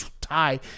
tie